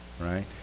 Right